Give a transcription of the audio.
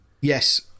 yes